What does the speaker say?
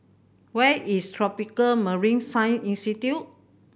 where is Tropical Marine Science Institute